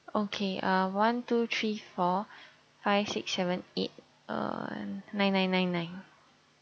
okay uh one two three four five six seven eight uh nine nine nine nine